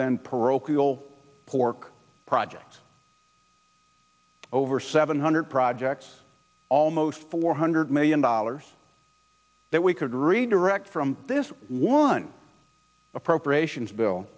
than parochial pork projects over seven hundred projects almost four hundred million dollars that we could redirect from this one appropriations bill